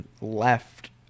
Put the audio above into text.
left